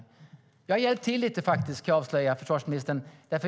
Jag ska avslöja, försvarsministern, att jag har hjälpt till lite.